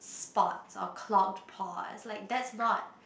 spots or clogged pores like that's not